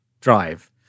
Drive